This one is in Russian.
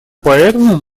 поэтому